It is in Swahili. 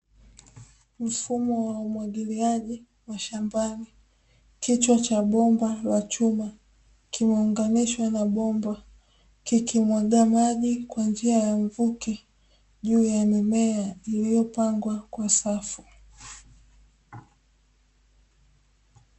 Mfumo wa umwagiliaji wa shambani kichwa cha bomba la chuma kinaunganishwa na bomba, kikimwaga maji kwa njia ya mvuke juu ya mimea iliyopangwa kwa safu.